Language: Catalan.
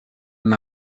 una